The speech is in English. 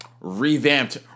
revamped